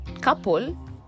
couple